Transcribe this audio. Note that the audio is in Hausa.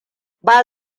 ba